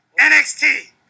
NXT